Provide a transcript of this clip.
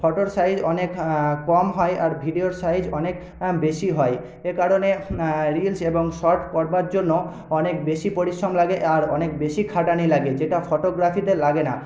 ফটোর সাইজ অনেক কম হয় ভিডিও সাইজ অনেক বেশী হয় এর কারণে রিলস এবং শট করবার জন্য অনেক বেশী পরিশ্রম লাগে আর অনেক বেশী খাটানি লাগে যেটা ফটোগ্রাফিতে লাগে না